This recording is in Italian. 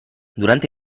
durante